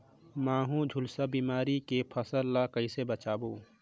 महू, झुलसा बिमारी ले फसल ल कइसे बचाबो?